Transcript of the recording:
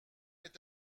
est